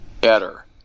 better